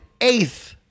eighth